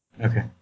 Okay